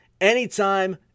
anytime